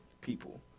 people